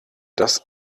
das